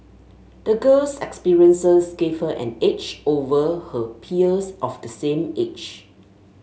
the girl's experiences gave her an edge over her peers of the same age